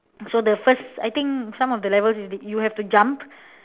so the first I think some of the levels you have to jump